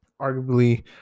Arguably